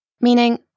Meaning